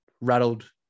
rattled